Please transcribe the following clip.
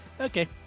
okay